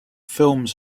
films